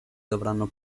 dovranno